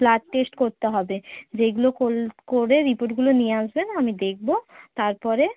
blood test করতে হবে যেইগুলো কোলে করে রিপোর্টগুলো নিয়ে আসবেন আমি দেখব তারপরে